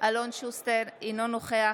אלון שוסטר, אינו נוכח